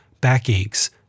Backaches